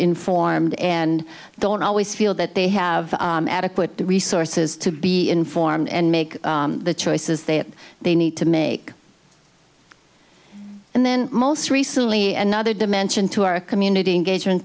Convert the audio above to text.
informed and don't always feel that they have adequate resources to be informed and make the choices that they need to make and then most recently and other dimension to our community engagement